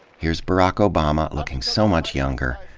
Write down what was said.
here's barack obama, looking so much younger,